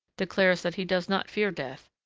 declares that he does not fear death,